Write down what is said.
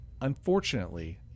Unfortunately